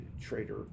trader